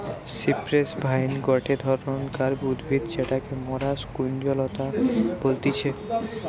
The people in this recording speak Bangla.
সিপ্রেস ভাইন গটে ধরণকার উদ্ভিদ যেটাকে মরা কুঞ্জলতা বলতিছে